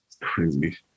crazy